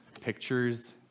pictures